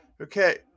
Okay